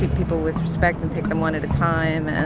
people with respect and take them one at a time, and.